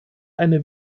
eine